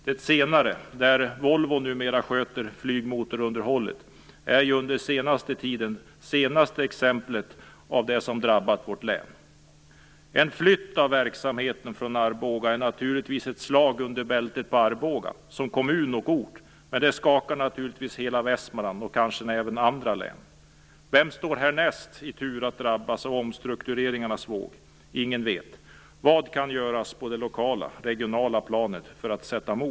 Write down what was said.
Det senare, där Volvo numera sköter flygmotorunderhållet, är ju under den senaste tiden det senaste exemplet på vad som drabbat vårt län. En flytt av verksamheten från Arboga är naturligtvis ett slag under bältet på Arboga som kommun och ort. Men det skakar naturligtvis hela Västmanland och kanske även andra län. Vem står härnäst i tur att drabbas av omstruktureringarnas våg? Ingen vet. Vad kan göras på det lokala regionala planet för att sätta emot?